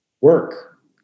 work